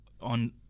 on